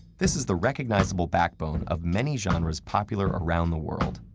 this is the recognizable backbone of many genres popular around the world,